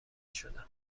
شدم